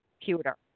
computer